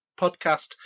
podcast